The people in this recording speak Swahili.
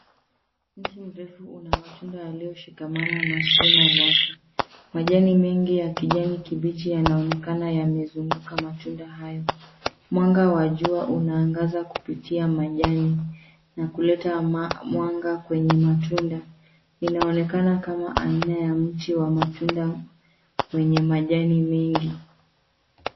Mti mrefu una matunda yaliyoshikamana na shine lake. Majani mengi ya kijani kibichi yanaonekana yamezunguka matunda haya. Mwanga wa jua unaangaza kupitia majani na kuleta mwanga kwenye matunda. Linaonekana kama aina ya mti wa matunda wenye majani mengi.